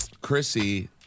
Chrissy